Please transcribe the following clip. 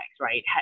right